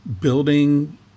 building